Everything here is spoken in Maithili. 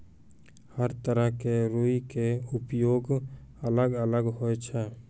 हर तरह के रूई के उपयोग अलग अलग होय छै